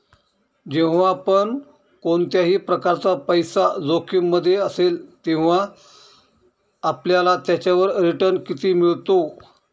जेव्हा पण कोणत्याही प्रकारचा पैसा जोखिम मध्ये असेल, तेव्हा आपल्याला त्याच्यावर रिटन किती मिळतो?